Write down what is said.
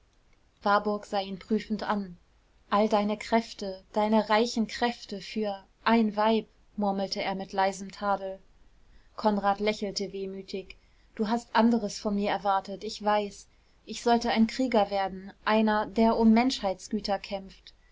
warburg sah ihn prüfend an all deine kräfte deine reichen kräfte für ein weib murmelte er mit leisem tadel konrad lächelte wehmütig du hast anderes von mir erwartet ich weiß ich sollte ein krieger werden einer der um menschheitsgüter kämpft